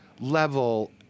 level